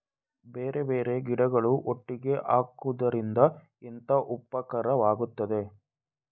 ಬೇರೆ ಬೇರೆ ಗಿಡಗಳು ಒಟ್ಟಿಗೆ ಹಾಕುದರಿಂದ ಎಂತ ಉಪಕಾರವಾಗುತ್ತದೆ?